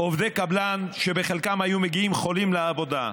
עובדי קבלן שבחלקם היו מגיעים חולים לעבודה,